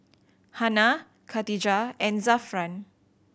Hana Katijah and Zafran